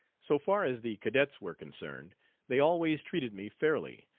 so far as the cadets were concerned they always treated me fairly,